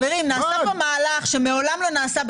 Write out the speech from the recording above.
נעשה פה מהלך שמעולם לא נעשה,